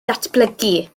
datblygu